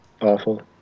awful